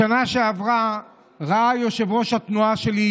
בשנה שעברה ראה יושב-ראש התנועה שלי,